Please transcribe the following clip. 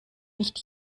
nicht